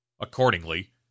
Accordingly